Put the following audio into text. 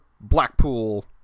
Blackpool